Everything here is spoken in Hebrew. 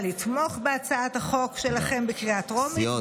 לתמוך בהצעת החוק שלכם בקריאה הטרומית,